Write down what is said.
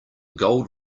gold